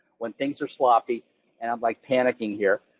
when things are sloppy and i'm like panicking here,